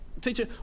teacher